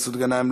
מסעוד גנאים,